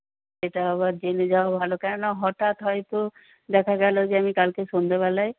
এটা আবার জেনে যাওয়া ভালো কেন না হঠাৎ হয়তো দেখা গেলো যে আমি কালকে সন্ধেবেলায়